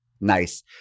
nice